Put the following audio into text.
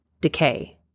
decay